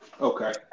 Okay